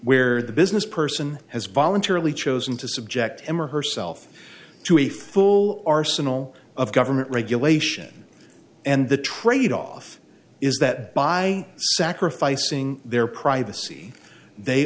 where the business person has voluntarily chosen to subject him or herself to a full arsenal of government regulation and the tradeoff is that by sacrificing their privacy they